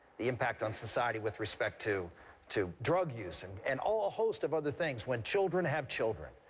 the impact on society with respect to to drug use and and all a host of other things when children have children.